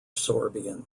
sorbian